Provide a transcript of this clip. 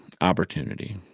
opportunity